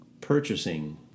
purchasing